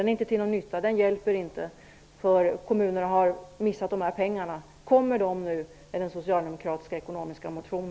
Den är inte till någon nytta och hjälper inte, eftersom kommunerna har missat dessa pengar. Kommer pengarna att föreslås i socialdemokraternas ekonomiska motion?